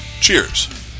Cheers